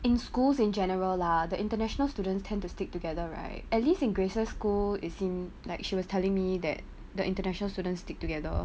in schools in general lah the international students tend to stick together right at least in grace's school as in like she was telling me that the international students stick together